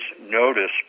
notice